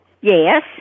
Yes